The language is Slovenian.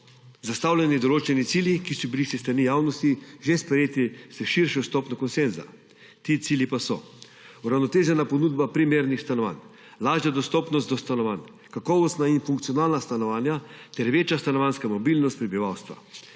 zastavljeni določeni cilji, ki so bili s strani javnosti že sprejeti s širšo stopnjo konsenza. Ti cilji pa so: uravnotežena ponudba primernih stanovanj, lažja dostopnost do stanovanj, kakovostna in funkcionalna stanovanja ter večja stanovanjska mobilnost prebivalstva.